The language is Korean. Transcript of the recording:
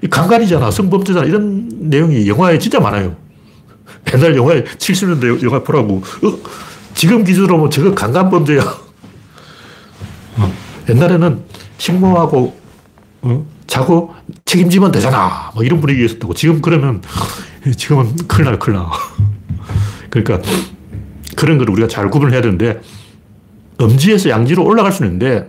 이 강간이잖아. 성범죄잖아. 이런 내용이 영화에 진짜 많아요. 옛날 영화에 70년대 영화 보라고. 어? 지금 기준으로는 저거 강간 범죄야. 어. 옛날에는 식모하고, 어? 자고 책임지면 되잖아. 뭐 이런 분위기였었다고. 지금 그러면 지금은 큰일 날, 큰일 날. 그러니까 그런 걸 우리가 잘 구분을 해야 되는데 음지에서 양지로 올라갈 수는 있는데